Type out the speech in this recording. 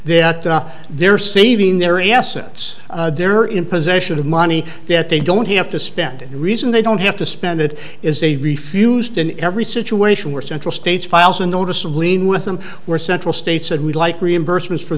that they're saving their assets they're in possession of money that they don't have to spend and reason they don't have to spend it is they refused in every situation where central states files a notice of lien with them were central states and we'd like reimbursement for